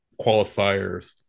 qualifiers